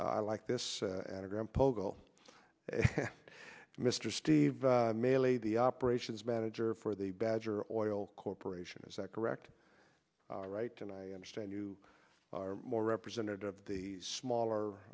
i like this pogo mr steve maly the operations manager for the badger or oil corporation is that correct right and i understand you are more representative of the small